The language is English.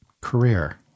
Career